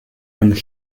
and